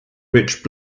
rich